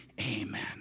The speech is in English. Amen